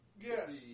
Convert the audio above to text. Yes